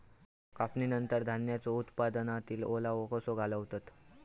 कापणीनंतर धान्यांचो उत्पादनातील ओलावो कसो घालवतत?